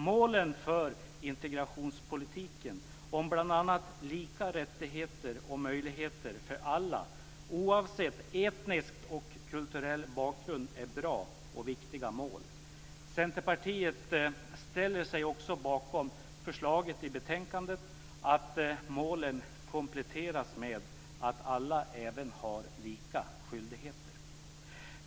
Målen för integrationspolitiken om bl.a. lika rättigheter och möjligheter för alla oavsett etnisk och kulturell bakgrund är bra och viktiga. Centerpartiet ställer sig också bakom förslaget i betänkandet att målen kompletteras med att alla även har samma skyldigheter.